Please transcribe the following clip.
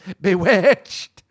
bewitched